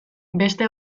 beste